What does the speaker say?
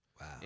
Wow